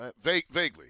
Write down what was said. Vaguely